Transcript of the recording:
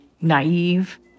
Naive